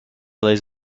lays